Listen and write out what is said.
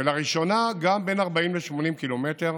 ולראשונה גם בין 40 ל-80 קילומטר,